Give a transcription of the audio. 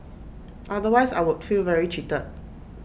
otherwise I would feel very cheated